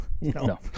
No